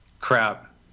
Crap